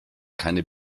keine